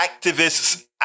activist's